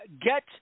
get